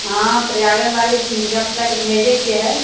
हँ तऽ आगनबाड़ी धिआपुताके भेजैके हय